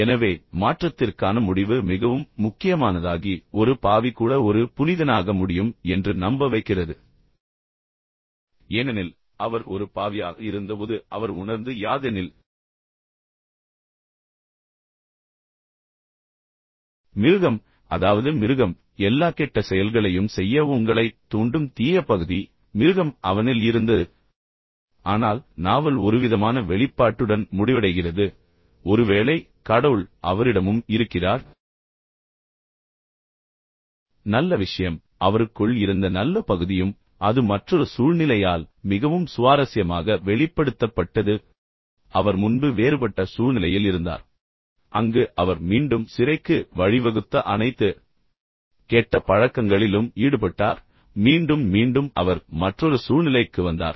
எனவே மாற்றத்திற்கான முடிவு மிகவும் முக்கியமானதாகி ஒரு பாவி கூட ஒரு புனிதனாக முடியும் என்று நம்ப வைக்கிறது ஏனெனில் அவர் ஒரு பாவியாக இருந்தபோது அவர் உணர்ந்தது யாதெனில் மிருகம் அதாவது மிருகம் எல்லா கெட்ட செயல்களையும் செய்ய உங்களைத் தூண்டும் தீய பகுதி மிருகம் அவனில் இருந்தது ஆனால் நாவல் ஒருவிதமான வெளிப்பாட்டுடன் முடிவடைகிறது ஒருவேளை கடவுள் அவரிடமும் இருக்கிறார் நல்ல விஷயம் அவருக்குள் இருந்த நல்ல பகுதியும் அது மற்றொரு சூழ்நிலையால் மிகவும் சுவாரஸ்யமாக வெளிப்படுத்தப்பட்டது அவர் முன்பு வேறுபட்ட சூழ்நிலையில் இருந்தார் அங்கு அவர் மீண்டும் சிறைக்கு வழிவகுத்த அனைத்து கெட்ட பழக்கங்களிலும் ஈடுபட்டார் மீண்டும் மீண்டும் அவர் மற்றொரு சூழ்நிலைக்கு வந்தார்